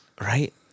Right